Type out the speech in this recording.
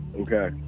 Okay